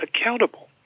accountable